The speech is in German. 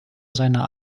seiner